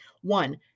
One